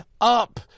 up